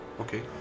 okay